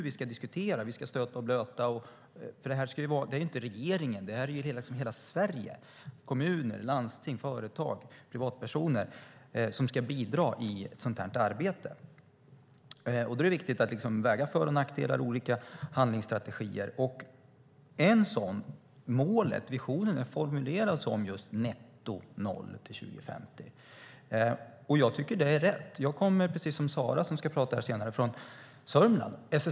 Vi ska stöta och blöta detta. Det gäller inte bara regeringen, utan hela Sverige, kommuner, landsting, företag och privatpersoner, ska bidra i ett sådant här arbete. Det är viktigt att väga för och nackdelar och olika handlingsstrategier mot varandra. Målet, visionen, är formulerat som ett netto på noll till 2050. Jag tycker att det är riktigt. Precis som Sara som ska prata här senare kommer jag från Sörmland.